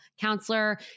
counselor